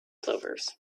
clovers